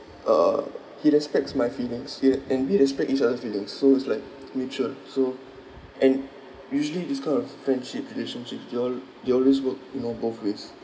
uh he respects my feelings ya and we respect each other feelings so is like mutual so and usually this kind of friendship relationship they al~ they always work you know both ways